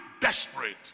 desperate